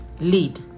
Lead